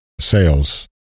sales